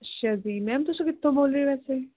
ਅੱਛਾ ਜੀ ਮੈਮ ਤੁਸੀਂ ਕਿੱਥੋਂ ਬੋਲ਼ ਰਹੇ ਹੋ ਐਕਚੁਲੀ